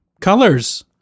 Colors